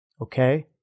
Okay